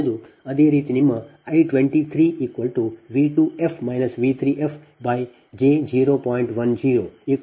ಆದ್ದರಿಂದ ನೀವು I 23 ಎಂದು ಕರೆಯುವುದು ಇದು